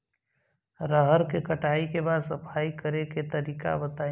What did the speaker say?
रहर के कटाई के बाद सफाई करेके तरीका बताइ?